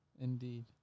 Indeed